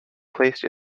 placed